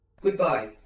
Goodbye